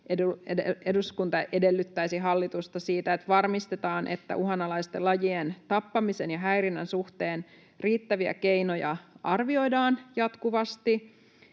eduskunta edellyttäisi hallitusta varmistamaan, että uhanalaisten lajien tappamisen ja häirinnän suhteen riittäviä keinoja arvioidaan jatkuvasti,